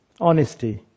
honesty